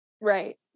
Right